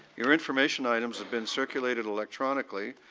your information items have been circulated electronically.